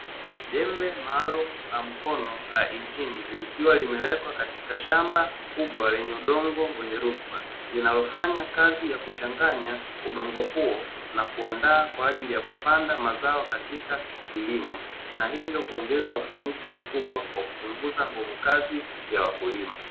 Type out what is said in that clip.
..Jembe maalum na mkono la injili likiwa limewekwa katika shamba kubwa lenye udongo fanya kazi ya kuchanganya udongo huo na kuandaa kwa ajili ya kupanda mazao katika kilimo na hivyo kuongeza ufanisi.